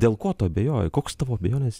dėl ko tu abejoji koks tavo abejones